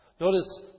Notice